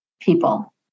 people